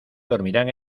dormirán